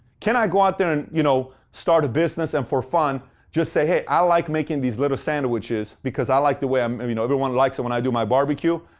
can i go out there, and you know, start a business and for fun, and just say, hey, i like making these little sandwiches because i like the way um i mean everyone likes it when i do my barbecue,